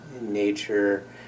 nature